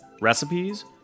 recipes